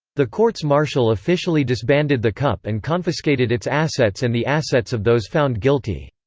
the courts-martial officially disbanded the cup and confiscated its assets and the assets of those found guilty.